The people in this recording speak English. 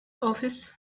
office